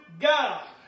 God